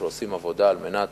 שעושים עבודה על מנת